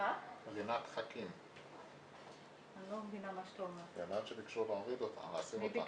זה יעזור לנו.